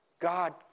God